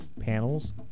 panels